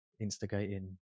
instigating